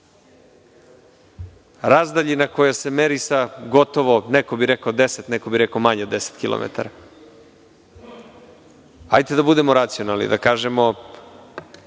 razdaljina koja se meri sa gotovo neko bi reko 10, neko bi reko manje od 10 kilometara. Hajte da budemo racionalni, da kažemo